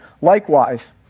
Likewise